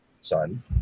son